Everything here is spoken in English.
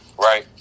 right